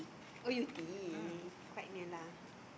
oh Yew-Tee quite near lah